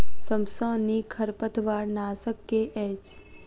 सबसँ नीक खरपतवार नाशक केँ अछि?